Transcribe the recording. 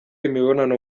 imibonano